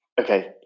okay